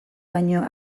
baino